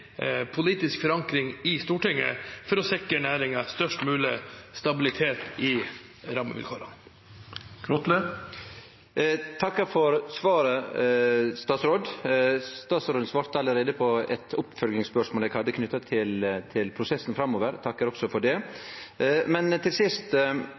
sikre næringen størst mulig stabilitet i rammevilkårene. Eg takkar for svaret. Statsråden svarte allereie på eit oppfølgingsspørsmål eg hadde, knytt til prosessen framover – eg takkar også for